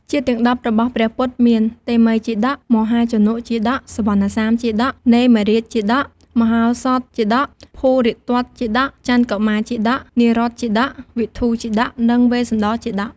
ជាតិទាំង១០របស់ព្រះពុទ្ធមាន៖ តេមិយជាតក, មហាជនកជាតក, សុវណ្ណសាមជាតក, នេមិរាជជាតក, មហោសថជាតក, ភូរិទត្តជាតក, ចន្ទកុមារជាតក, នារទជាតក, វិធូរជាតក និងវេស្សន្តរជាតក។